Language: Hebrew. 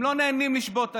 הם לא נהנים לשבות היום,